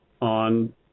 on